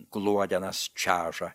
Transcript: gluodenas čeža